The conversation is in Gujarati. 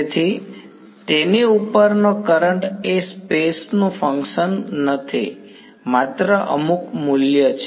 તેથી તેની ઉપરનો કરંટ એ સ્પેસ નું ફંક્શન નથી માત્ર અમુક મૂલ્ય છે